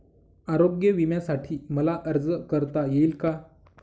आरोग्य विम्यासाठी मला अर्ज करता येईल का?